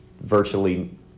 virtually